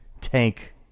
tank